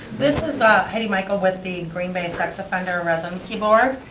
this is ah heidi michel with the green bay sex offenders residency board.